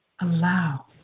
Allow